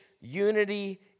unity